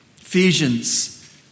Ephesians